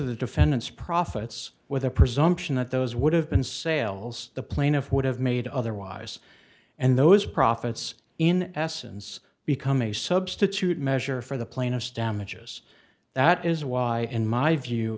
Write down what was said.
the defendant's profits with the presumption that those would have been sales the plaintiff would have made otherwise and those profits in essence become a substitute measure for the plaintiffs damages that is why in my view